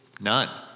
None